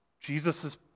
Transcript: Jesus